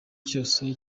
cyose